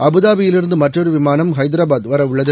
அபுதாபுயிலிருந்து மற்றொரு விமானம் ஹைதரபாத் வர உள்ளது